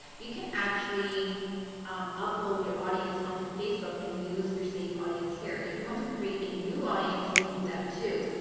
you can actually um upload your audience onto facebook and use your saved audience here. if you want to create a new audience, you can do that too.